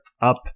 up